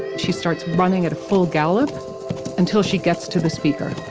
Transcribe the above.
she starts running at a full gallop until she gets to the speaker